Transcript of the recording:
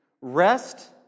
rest